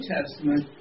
Testament